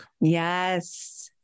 Yes